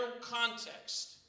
context